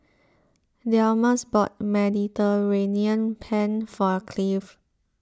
Delmus bought Mediterranean Penne for Cleave